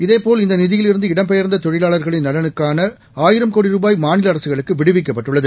இதேபோல் இந்த நிதியிலிருந்து இடம்பெயர்ந்த தொழிலாளர்களின் நலனுக்காக ஆயிரம் கோடி ருபாய் மாநில அரசுகளுக்கு விடுவிக்கப்பட்டுள்ளது